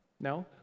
no